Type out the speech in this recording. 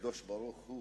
הקדוש-ברוך-הוא